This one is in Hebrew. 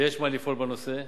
ויש מה לפעול בנושא.